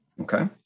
Okay